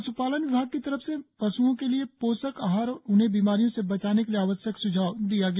पश्पालन विभाग की तरफ से पश्ओं के लिए पोषक आहार और उन्हें बीमारियों से बचाने के लिए आवश्यक सुझाव दिया गया